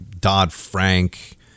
Dodd-Frank